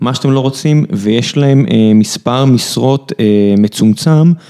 מה שאתם לא רוצים ויש להם מספר משרות מצומצם.